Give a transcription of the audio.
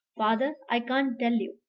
father, i can't tell you.